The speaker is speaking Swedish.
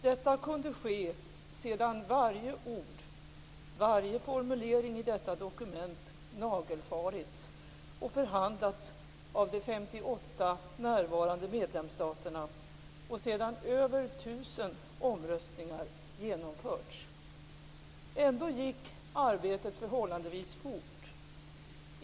Detta kunde ske, sedan varje ord, varje formulering i detta dokument nagelfarits och förhandlats av de 58 närvarande medlemsstaterna och sedan över tusen omröstningar genomförts. Ändå gick arbetet förhållandevis fort.